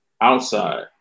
outside